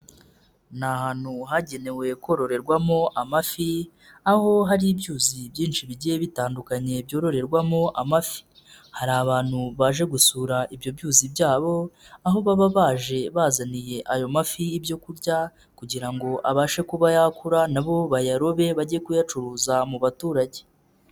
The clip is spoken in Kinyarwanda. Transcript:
Ni ahantu hagenewe kororerwamo amafi, aho hari ibyuzi byinshi bigiye bitandukanye byororerwamo amafi, hari abantu baje gusura ibyo byuzi byabo ,aho baba baje bazaniye ayo mafi ibyo kurya ,kugira ngo abashe kuba yakura na bo bayarobe bajye kuyacuruza mu baturage.